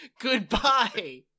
goodbye